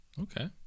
Okay